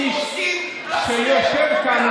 איש שיושב כאן,